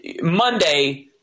Monday